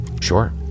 Sure